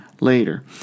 later